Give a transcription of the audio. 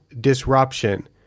disruption